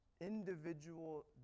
individual